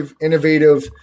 innovative